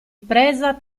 presa